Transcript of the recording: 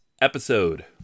episode